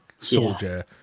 soldier